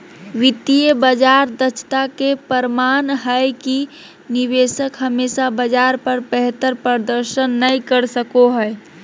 वित्तीय बाजार दक्षता के प्रमाण हय कि निवेशक हमेशा बाजार पर बेहतर प्रदर्शन नय कर सको हय